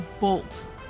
bolt